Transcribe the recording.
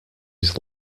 his